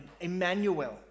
Emmanuel